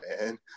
man